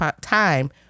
time